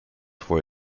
for